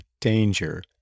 danger